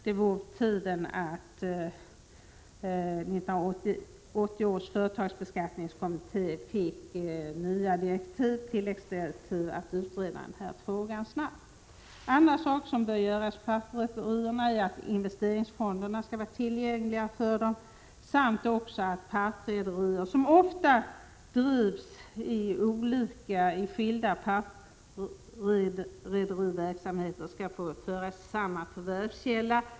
Det är på tiden att 1980 års företagsbeskattningskommitté får tilläggsdirektiv om att snabbt utreda den här frågan. En annan sak som bör göras för partrederierna är att göra investeringsfonderna tillgängliga för dem. Vidare bör andelar i olika partrederier anses vara en och samma förvärvskälla.